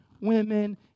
women